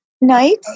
night